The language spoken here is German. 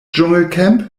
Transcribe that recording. dschungelcamp